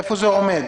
איפה זה עומד?